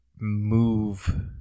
move